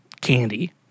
candy